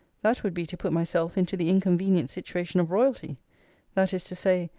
that would be to put myself into the inconvenient situation of royalty that is to say,